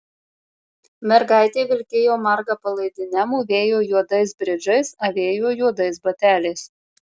mergaitė vilkėjo marga palaidine mūvėjo juodais bridžais avėjo juodais bateliais